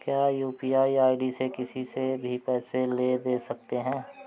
क्या UPI ID से किसी से भी पैसे ले दे सकते हैं?